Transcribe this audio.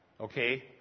Okay